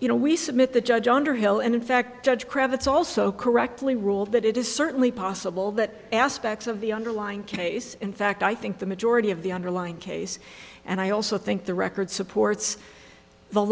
you know we submit the judge underhill and in fact judge kravitz also correctly ruled that it is certainly possible that aspects of the underlying case in fact i think the majority of the underlying case and i also think the record supports the